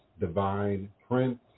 divineprince